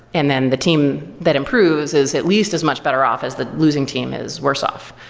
and then the team that improves is at least as much better off as the losing team is worse off.